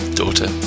daughter